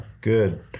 good